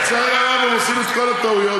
לצערי הרב הם עושים את כל הטעויות.